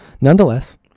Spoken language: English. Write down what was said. Nonetheless